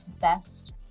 best